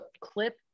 clip